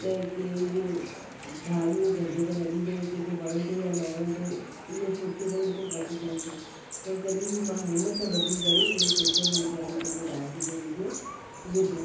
त केर ॻारियूं गंद त न ॾींदो कंहिंखें वणंदो या न वणंदो इहो सोचे करे मूंखे डपु थिए पियो पर जॾहिं मां हिमथ ॿधी करे इहो सोशल मीडिया ते पंहिंजो डांस जो वीडियो विधो